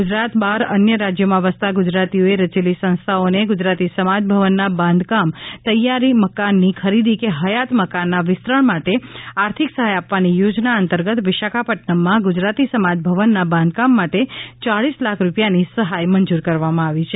ગુજરાત બહાર ન્ય રાજ્યોમાં વસતા ગુજરાતીઓએ રચેલી સંસ્થાઓને ગુજરાતી સમાજ ભવનના બાંધકામ તૈયાર મકાનની ખરીદી કે હયાત મકાના વિસ્તરણ માટે આર્થિક સહાથ આપવાની ચોજના અંતર્ગત વિશાખાપટનમમાં ગુજરાતી સમાજ ભવનના બાંધકામ માટે ચાલીસ લાખ રૂપિયાની સહાય મંજુર કરવામાં આવી છે